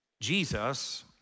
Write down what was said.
Jesus